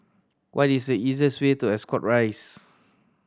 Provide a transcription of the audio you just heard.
what is the easiest way to Ascot Rise